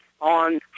on